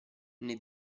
nei